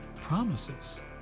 promises